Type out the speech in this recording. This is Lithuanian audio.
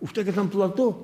už tai kad ten platu